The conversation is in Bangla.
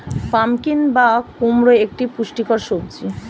পাম্পকিন বা কুমড়ো একটি পুষ্টিকর সবজি